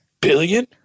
billion